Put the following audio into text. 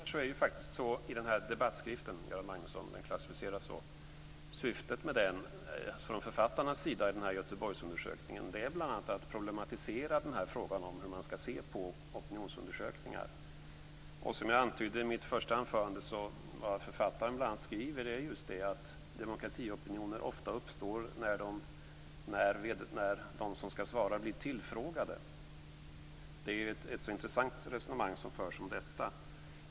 Fru talman! Syftet med Göteborgsundersökningen som redovisas i den här debattskriften - den klassificeras så, Göran Magnusson - är från författarnas sida bl.a. att problematisera frågan om hur man ska se på opinionsundersökningar. Som jag antydde i mitt första anförande skriver författarna bl.a. att demokratiopinioner ofta uppstår när de som ska svara blir tillfrågade. Det är ett intressant resonemang som förs om detta.